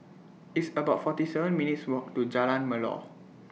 It's about forty seven minutes' Walk to Jalan Melor